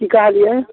की कहलियै